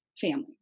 family